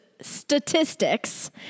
statistics